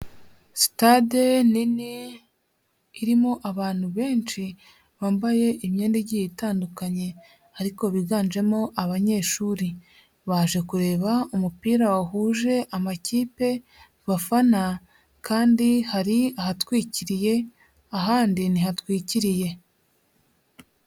Sitade nini irimo abantu benshi bambaye imyenda igiye itandukanye ariko biganjemo abanyeshuri, baje kureba umupira wahuje amakipe bafana kandi hari ahatwikiriye ahandi ntihatwikiriye.